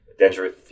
dangerous